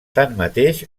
tanmateix